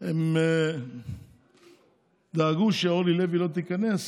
היא שהם דאגו שאורלי לוי לא תיכנס,